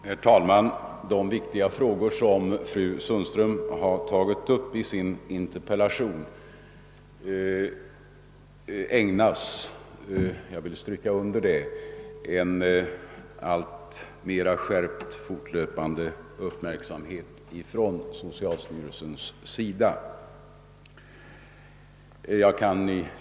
Herr talman! Jag vill understryka att socialstyrelsen ägnar de viktiga frågor som fru Sundström tagit upp i sin interpellation en fortlöpande skärpt uppmärksamhet.